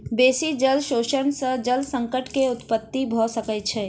बेसी जल शोषण सॅ जल संकट के उत्पत्ति भ सकै छै